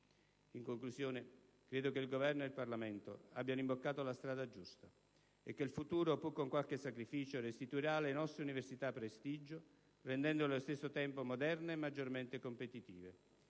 In conclusione, credo che il Governo e il Parlamento abbiano imboccato la strada giusta. E che il futuro, pur con qualche sacrificio, restituirà alle nostre università prestigio, rendendole allo stesso tempo moderne e maggiormente competitive;